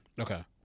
Okay